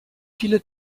viele